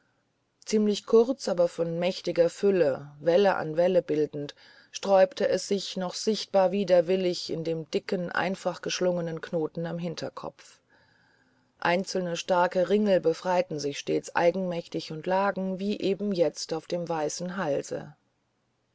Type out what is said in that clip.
ziemlich kurz aber von mächtiger fülle welle an welle bildend sträubte es sich noch sichtbar widerwillig in dem dicken einfach geschlungenen knoten am hinterkopfe einzelne starke ringel befreiten sich stets eigenmächtig und lagen wie eben jetzt auf dem weißen halse